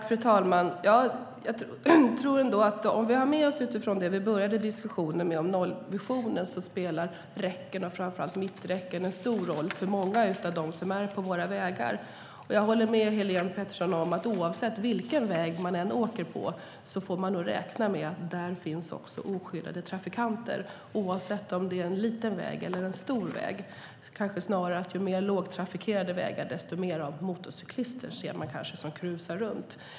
Fru talman! Jag tror ändå, utifrån det vi började diskussionen med om nollvisionen, att räcken och framför allt mitträcken spelar en stor roll för många av dem som är på våra vägar. Jag håller med Helene Petersson om att man nog får räkna med att det också finns oskyddade trafikanter, oavsett om man åker på en liten väg eller om man åker på en stor väg. Det är kanske snarare så att ju mer lågtrafikerade vägarna är desto fler motorcyklister ser man som cruisar runt.